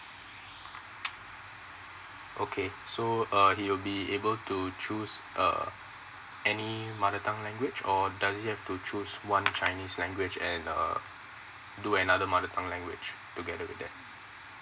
okay so uh he will be able to choose uh any mother tongue language or does he have to choose one chinese language and err do another mother tongue language together with that